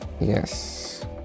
Yes